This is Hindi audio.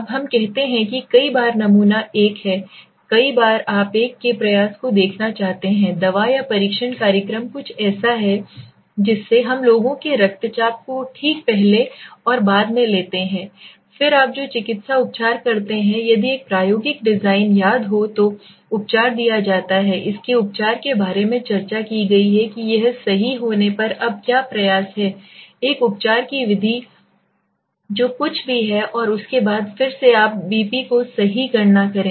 अब हम कहते हैं कि कई बार नमूना समूह 1 है कई बार आप एक के प्रयास को देखना चाहते हैं दवा या प्रशिक्षण कार्यक्रम कुछ ऐसा है जिससे हम लोगों के रक्तचाप को ठीक पहले और बाद में लेते हैं फिर आप जो चिकित्सा उपचार कहते हैं यदि वह प्रायोगिक डिजाइन याद हो तो उपचार दिया जाता है इसके उपचार के बारे में चर्चा की गई है कि यह सही होने पर अब क्या प्रयास है एक उपचार की विधि जो कुछ भी है और उसके बाद फिर से आप बीपी की सही गणना करें